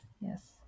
Yes